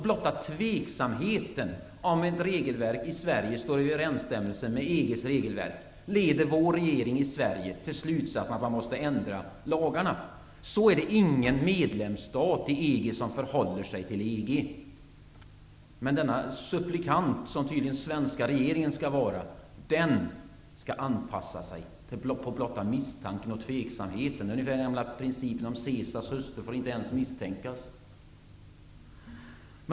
Blotta tveksamheten om huruvida ett regelverk i Sverige står i överensstämmelse med EG:s regelverk leder vår svenska regering till slutsatsen att lagarna måste ändras. Så förhåller sig inte någon medlemsstat i EG till EG:s regler. Men denna supplikant, som tydligen den svenska regeringen skall vara, skall anpassa sig vid blotta misstanken och tveksamheten. Det är ungefär som med gamla principen om Caesars hustru; hon får inte ens misstänkas.